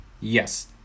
Yes